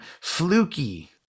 fluky